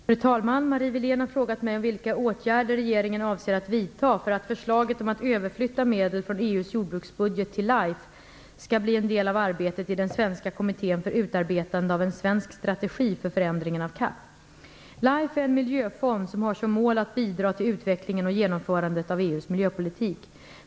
Fru talman! Marie Wilén har frågat mig om vilka åtgärder regeringen avser att vidta för att förslaget om att överflytta medel från EU:s jordbruksbudget till LIFE skall bli en del av arbetet i den svenska kommittén för utarbetande av en svensk strategi för förändringen av CAP. LIFE är en miljöfond som har som mål att bidra till utvecklingen och genomförandet av EU:s miljöpolitik.